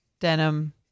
Denim